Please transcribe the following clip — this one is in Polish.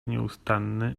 nieustanny